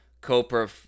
Copra